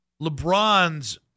LeBron's